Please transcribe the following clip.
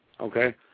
okay